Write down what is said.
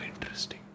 interesting